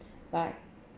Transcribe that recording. like